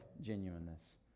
genuineness